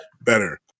better